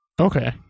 Okay